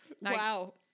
wow